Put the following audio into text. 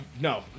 no